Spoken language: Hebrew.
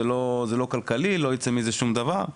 זה לא כלכלי, לא ייצא מזה שום דבר".